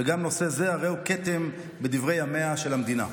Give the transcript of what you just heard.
וגם נושא זה הרי הוא כתם בדברי ימיה של המדינה.